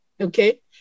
Okay